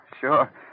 Sure